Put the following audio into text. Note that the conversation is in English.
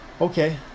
Okay